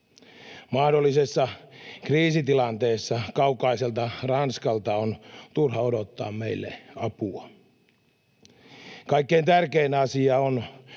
Mahdollisessa kriisitilanteessa kaukaiselta Ranskalta on turha odottaa meille apua. Kaikkein tärkein asia on,